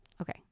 Okay